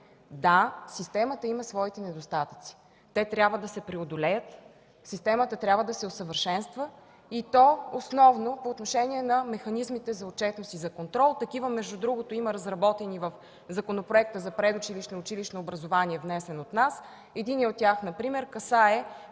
Да, системата има своите недостатъци. Те трябва да се преодолеят. Системата трябва да се усъвършенства, и то основно по отношение на механизмите за отчетност и за контрол. Такива между другото има разработени в Законопроекта за предучилищно и училищно образование, внесен от нас. Единият от тях например касае